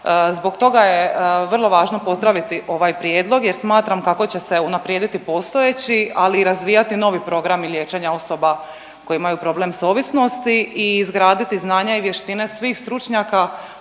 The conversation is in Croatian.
Zbog toga je vrlo važno pozdraviti ovaj prijedlog jer smatram kako će se unaprijediti postojeći, ali i razvijati novi programi liječenja osoba koje imaju problem s ovisnosti i izgraditi znanja i vještine svih stručnjaka